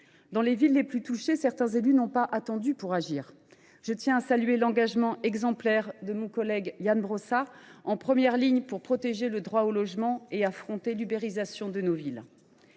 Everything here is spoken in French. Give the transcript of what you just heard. Dans les villes les plus touchées, certains élus n’ont pas attendu pour agir. Je tiens à saluer l’engagement exemplaire de mon collègue Ian Brossat, qui était en première ligne pour protéger le droit au logement et affronter l’ubérisation de nos villes.